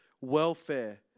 welfare